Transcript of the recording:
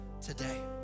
today